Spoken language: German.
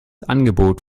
angebot